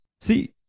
See